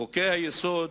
חוקי-היסוד,